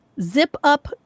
zip-up